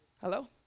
Hello